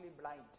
blind